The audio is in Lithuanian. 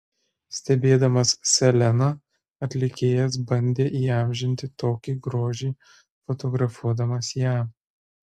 stebėdamas seleną atlikėjas bandė įamžinti tokį grožį fotografuodamas ją